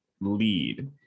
lead